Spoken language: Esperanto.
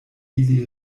ili